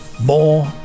more